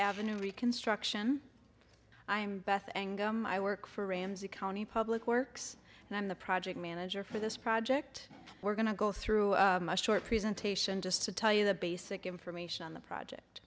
avenue reconstruction i'm beth and i work for ramsey county public works and i'm the project manager for this project we're going to go through a short presentation just to tell you the basic information on the project